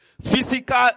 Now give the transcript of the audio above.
physical